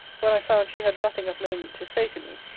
when i found she had nothing of moment to say to me,